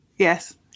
Yes